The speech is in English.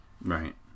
Right